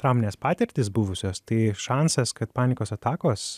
trauminės patirtys buvusios tai šansas kad panikos atakos